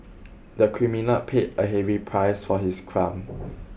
the criminal paid a heavy price for his crime